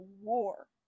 war